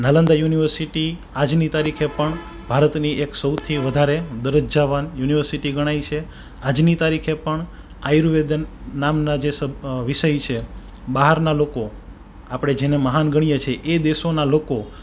Nalanda university આજની તારીખે પણ ભારતની એક સૌથી વધારે દરજ્જાવાન યુનિવર્સિટી ગણાય છે આજની તારીખે પણ આયુર્વેદન નામના જે વિષય છે બહારના લોકો આપણે જેને મહાન ગણીએ છીએ એ દેશોના લોકો